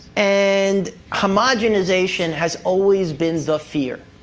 and homogenization has always been the fear